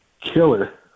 killer